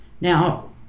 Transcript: Now